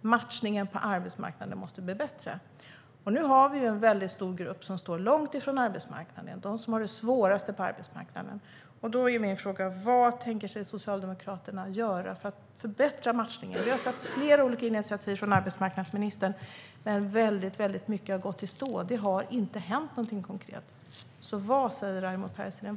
Matchningen på arbetsmarknaden måste bli bättre. Nu har vi en väldigt stor grupp som står långt från arbetsmarknaden. Det är de som har det svårast på arbetsmarknaden. Då är min fråga: Vad tänker Socialdemokraterna göra för att förbättra matchningen? Vi har sett flera olika initiativ från arbetsmarknadsministern, men väldigt mycket har gått i stå. Det har inte hänt någonting konkret. Vad säger Raimo Pärssinen?